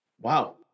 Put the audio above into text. Wow